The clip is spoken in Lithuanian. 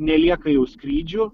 nelieka jau skrydžių